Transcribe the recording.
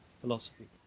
philosophy